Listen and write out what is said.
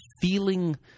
feeling